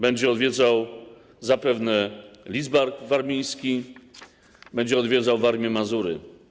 Będzie odwiedzał zapewne Lidzbark Warmiński, będzie odwiedzał Warmię i Mazury.